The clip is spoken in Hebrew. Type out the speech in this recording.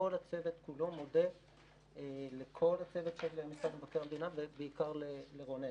כל הצוות כולו מודה לכל הצוות של משרד מבקר המדינה ובעיקר לרונן.